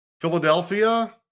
Philadelphia